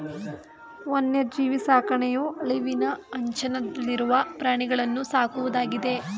ವನ್ಯಜೀವಿ ಸಾಕಣೆಯು ಅಳಿವಿನ ಅಂಚನಲ್ಲಿರುವ ಪ್ರಾಣಿಗಳನ್ನೂ ಸಾಕುವುದಾಗಿದೆ